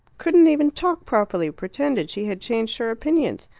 couldn't even talk properly pretended she had changed her opinions.